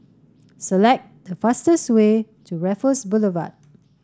select the fastest way to Raffles Boulevard